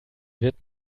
wird